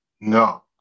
no